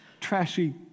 trashy